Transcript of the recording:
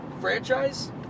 franchise